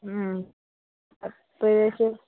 പത്ത് ശം